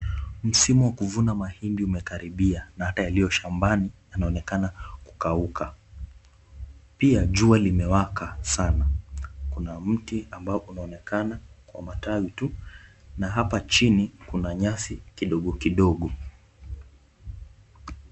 Msimu wa kuvuna mahindi umekaribia na hata yaliyo shambani yanaonekana kukauka. Pia jua limewaka sana, kuna mti ambao unaonekana kwa matawi tu na hapa chini kuna nyasi kidogo kidogo.